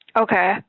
Okay